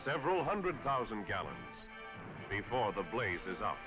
several hundred thousand gallons before the blazes o